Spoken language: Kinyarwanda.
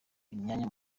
imyanya